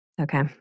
Okay